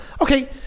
okay